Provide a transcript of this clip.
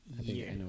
year